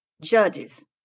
judges